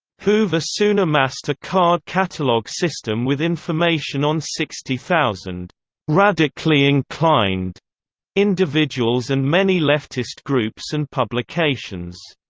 hoover soon amassed a card-catalogue system with information on sixty thousand radically inclined individuals and many leftist groups and publications.